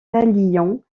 talion